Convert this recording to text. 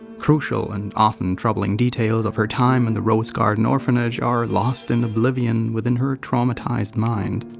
crucial and often troubling details of her time in the rose garden orphanage are lost in oblivion within her traumatized mind.